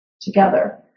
together